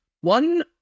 One